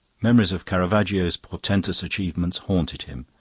memories of caravaggio's portentous achievements haunted him.